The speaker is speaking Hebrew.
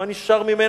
מה נשאר ממנה?